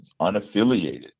unaffiliated